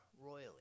royally